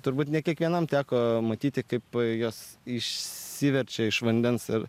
turbūt ne kiekvienam teko matyti kaip jos išsiverčia iš vandens ir